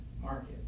market